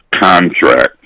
contract